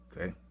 Okay